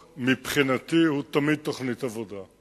מבחינתי הדוח הוא תמיד תוכנית עבודה.